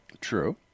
True